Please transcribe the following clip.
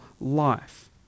life